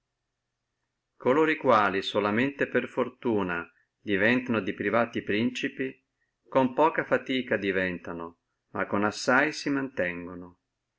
coloro e quali solamente per fortuna diventano di privati principi con poca fatica diventano ma con assai si mantengano